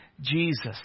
Jesus